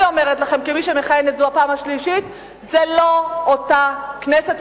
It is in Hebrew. אני אומרת לכם כמי שמכהנת זאת הפעם השלישית: זה לא אותה כנסת,